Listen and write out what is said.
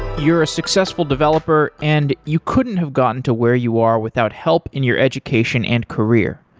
you're a successful developer and you couldn't have gotten to where you are without help in your education and career.